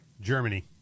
Germany